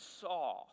saw